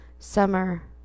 Summer